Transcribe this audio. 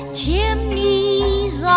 Chimneys